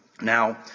Now